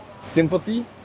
sympathy